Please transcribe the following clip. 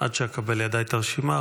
עד שאקבל לידיי את הרשימה,